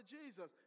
Jesus